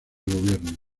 gobierno